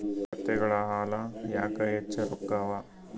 ಕತ್ತೆಗಳ ಹಾಲ ಯಾಕ ಹೆಚ್ಚ ರೊಕ್ಕ ಅವಾ?